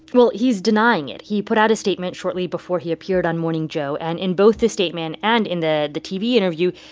well, he's denying it. he put out a statement shortly before he appeared on morning joe. and in both the statement and in the the tv interview,